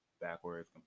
backwards